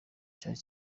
icyari